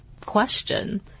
question